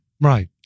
Right